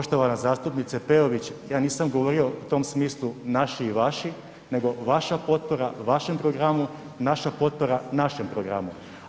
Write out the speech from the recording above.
Poštovana zastupnice Peović, ja nisam govorio u tom smislu naši i vaši nego vaša potpora vašem programu, naša potpora našem programu.